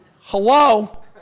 Hello